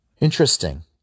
Interesting